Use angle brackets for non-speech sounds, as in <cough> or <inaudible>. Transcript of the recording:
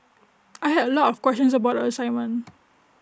<noise> I had A lot of questions about the assignment